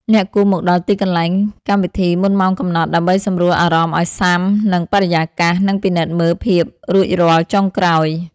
អ្នកគួរមកដល់ទីកន្លែងកម្មវិធីមុនម៉ោងកំណត់ ដើម្បីសម្រួលអារម្មណ៍ឱ្យស៊ាំនឹងបរិយាកាស និងពិនិត្យមើលភាពរួចរាល់ចុងក្រោយ។